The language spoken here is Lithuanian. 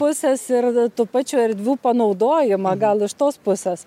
pusės ir tų pačių erdvių panaudojimą gal iš tos pusės